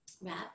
wrap